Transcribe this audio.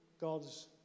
God's